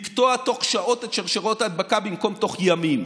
לקטוע בתוך שעות את שרשרות ההדבקה במקום בתוך ימים.